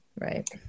Right